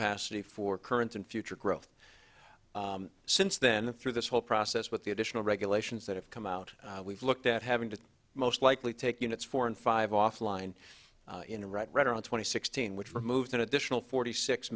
capacity for current and future growth since then through this whole process with the additional regulations that have come out we've looked at having to most likely take units four and five off line in the right right around twenty sixteen which removes an additional forty six